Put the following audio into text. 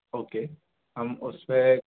okay हम उस पर